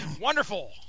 Wonderful